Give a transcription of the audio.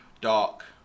dark